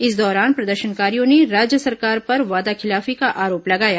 इस दौरान प्रदर्शनकारियों ने राज्य सरकार पर वादाखिलाफी का आरोप लगाया